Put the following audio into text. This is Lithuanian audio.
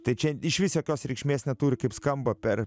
tai čia išvis jokios reikšmės neturi kaip skamba per